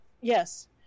Yes